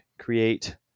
create